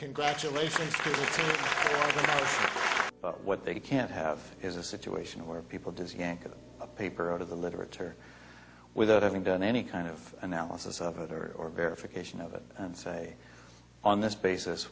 congratulate you but what they can't have is a situation where people just can't get a paper out of the literature without having done any kind of analysis of it or verification of it and say on this basis